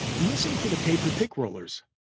listen for the paper-pick rollers.